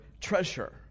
treasure